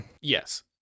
Yes